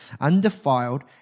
undefiled